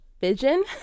vision